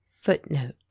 Footnote